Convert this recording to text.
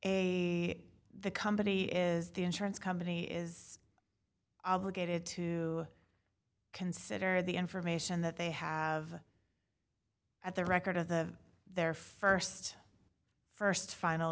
a the company is the insurance company is obligated to consider the information that they have at the record of the their st st final